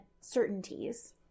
certainties